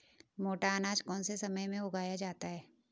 मोटा अनाज कौन से समय में उगाया जाता है?